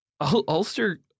Ulster